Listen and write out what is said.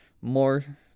more